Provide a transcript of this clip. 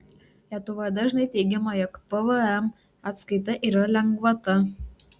lietuvoje dažnai teigiama jog pvm atskaita yra lengvata